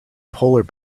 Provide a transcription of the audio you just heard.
polar